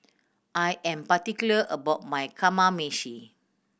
I am particular about my Kamameshi